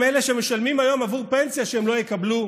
הם אלה שמשלמים היום עבור פנסיה שהם לא יקבלו.